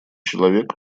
человек